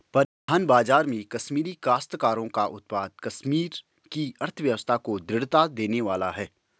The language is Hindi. परिधान बाजार में कश्मीरी काश्तकारों का उत्पाद कश्मीर की अर्थव्यवस्था को दृढ़ता देने वाला है